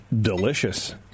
delicious